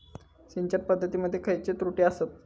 सिंचन पद्धती मध्ये खयचे त्रुटी आसत?